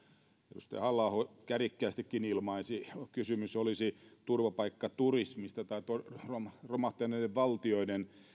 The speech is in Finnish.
edustaja halla aho kärjekkäästikin ilmaisi että kysymys olisi turvapaikkaturismista ja romahtaneiden valtioiden